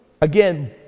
again